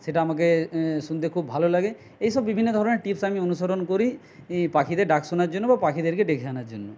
সেটা আমাকে শুনতে খুব ভালো লাগে এইসব বিভিন্ন ধরনের টিপস আমি অনুসরণ করি পাখিদের ডাক শোনার জন্য বা পাখিদেরকে ডেকে আনার জন্য